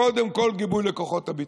אמרתי: קודם כול גיבוי לכוחות הביטחון.